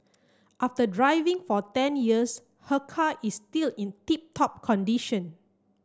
after driving for ten years her car is still in tip top condition